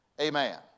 Amen